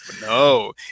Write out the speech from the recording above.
No